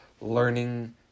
learning